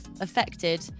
affected